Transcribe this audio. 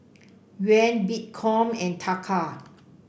Yuan Bitcoin and Taka